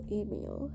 email